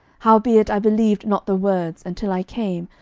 howbeit i believed not the words, until i came,